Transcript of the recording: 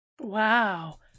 wow